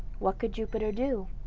what could jupiter do?